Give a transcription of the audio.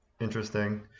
Interesting